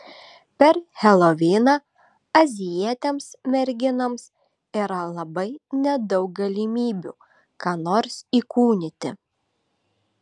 per heloviną azijietėms merginoms yra labai nedaug galimybių ką nors įkūnyti